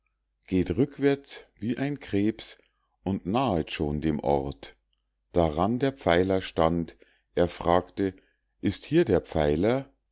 geht rückwärts wie ein krebs und nahet schon dem ort daran der pfeiler stand er fragt ist hier der pfeiler